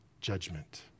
judgment